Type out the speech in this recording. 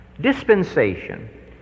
Dispensation